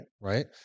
Right